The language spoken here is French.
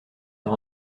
par